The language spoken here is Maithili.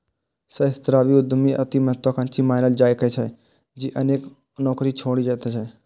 सहस्राब्दी उद्यमी अति महात्वाकांक्षी मानल जाइ छै, जे अनेक नौकरी छोड़ि दैत छै